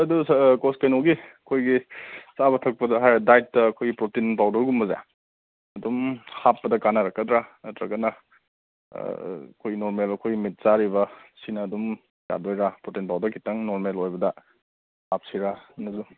ꯑꯗꯨ ꯁꯥꯔ ꯀꯣꯁ ꯀꯩꯅꯣꯒꯤ ꯑꯩꯈꯣꯏꯒꯤ ꯆꯥꯕ ꯊꯛꯄꯗ ꯍꯥꯏꯔ ꯗꯥꯏꯠꯇ ꯑꯩꯈꯣꯏꯒꯤ ꯄ꯭ꯔꯣꯇꯤꯟ ꯄꯥꯎꯗꯔꯒꯨꯝꯕꯁꯦ ꯑꯗꯨꯝ ꯍꯥꯞꯄꯗ ꯀꯥꯟꯅꯔꯛꯀꯗ꯭ꯔꯥ ꯅꯠꯇ꯭ꯔꯒꯅ ꯑꯩꯈꯣꯏꯒꯤ ꯅꯣꯔꯃꯦꯜ ꯑꯩꯈꯣꯏꯒꯤ ꯃꯤꯠ ꯆꯥꯔꯤꯕ ꯁꯤꯅ ꯑꯗꯨꯝ ꯌꯥꯗꯣꯏꯔꯥ ꯄ꯭ꯔꯣꯇꯤꯟ ꯄꯥꯎꯗꯔ ꯈꯤꯇꯪ ꯅꯣꯔꯃꯦꯜ ꯑꯣꯏꯕꯗ ꯍꯥꯞꯁꯤꯔꯥ